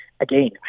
Again